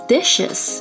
Dishes